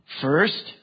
First